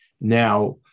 now